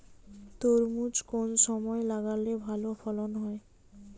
তরমুজ কোন সময় লাগালে ভালো ফলন হয়?